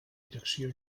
direcció